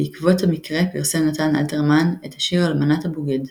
בעקבות המקרה פרסם נתן אלתרמן את השיר "אלמנת הבוגד"